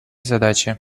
задачи